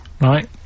right